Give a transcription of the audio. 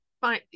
Fine